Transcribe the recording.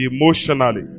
emotionally